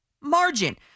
margin